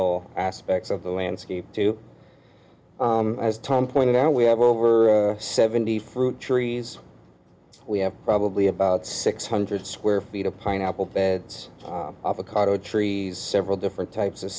al aspects of the landscape to as tom pointed out we have over seventy fruit trees we have probably about six hundred square feet of pineapple beds avocado trees several different types of